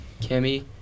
Kimmy